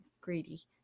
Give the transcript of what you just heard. greedy